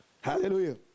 Hallelujah